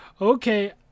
okay